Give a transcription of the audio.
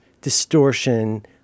distortion